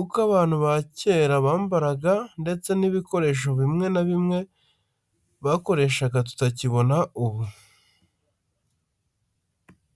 uko abantu ba kera bambaraga ndetse n'ibikoresho bimwe na bimwe bakoreshaga tutakibona ubu.